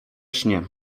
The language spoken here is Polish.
śnie